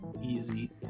Easy